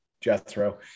Jethro